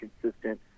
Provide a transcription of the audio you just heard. consistent